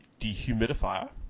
dehumidifier